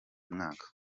mwaka